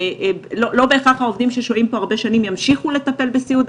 לא בהכרח העובדים ששוהים פה הרבה שנים ימשיכו לטפל בסיעוד.